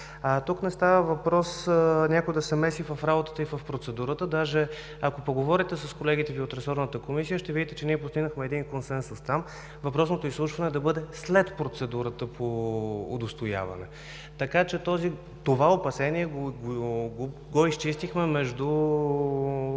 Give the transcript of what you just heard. Тук не става въпрос някой да се меси в работата и процедурата. Даже, ако поговорите с колегите Ви от ресорната комисия, ще Видите, че ние постигнахме един консенсус там – въпросното изслушване да бъде след процедурата по удостояване. Така че това опасение го изчистихме между